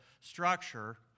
structure